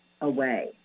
away